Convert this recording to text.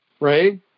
Ray